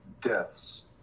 Deaths